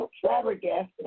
flabbergasted